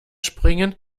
springen